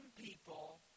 people